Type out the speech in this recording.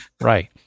Right